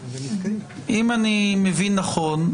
אם אני מבין נכון,